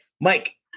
Mike